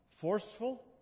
forceful